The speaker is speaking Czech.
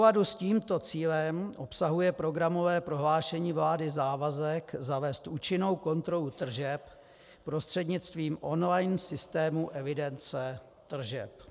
V souladu s tímto cílem obsahuje programové prohlášení vlády závazek zavézt účinnou kontrolu tržeb prostřednictvím online systému evidence tržeb.